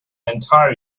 entire